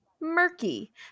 murky